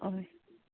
हय